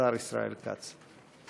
השר ישראל כץ.